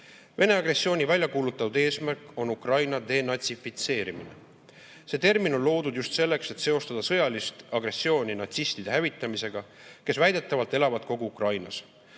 agressiooni väljakuulutatud eesmärk on Ukraina denatsifitseerimine. See termin on loodud just selleks, et seostada sõjalist agressiooni natsistide hävitamisega, kes väidetavalt elavad kogu Ukrainas.